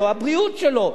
הבריאות שלו,